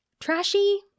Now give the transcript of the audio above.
Trashy